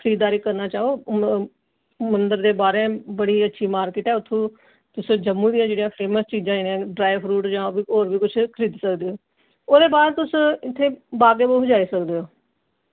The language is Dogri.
खरीददारी करना चाहो मंदर दे बाह्ररें बड़ी अच्छी मार्किट ऐ उत्थूं तुस जम्मू दियां जेह्ड़ियां फेमस जेह्ड़ियां न ड्राई फ्रूट जां होर बी किश खरीदी सकदे ओ ओह्दे बाद तुस इत्थै बाग ए बहू बी जाई सकदे ओ